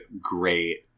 great